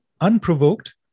unprovoked